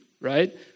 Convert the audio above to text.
right